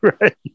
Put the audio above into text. Right